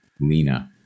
Lena